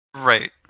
Right